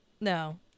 No